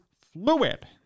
fluid